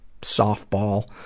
softball